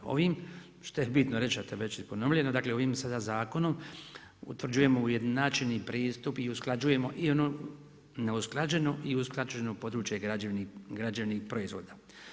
Ovim što je bitno reći, a to je već i ponovljeno, dakle, ovim sada zakonom utvrđujemo ujednačeni pristup i usklađujemo neusklađenu i usklađeno područje građevnih proizvoda.